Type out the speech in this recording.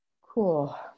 cool